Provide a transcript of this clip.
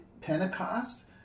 Pentecost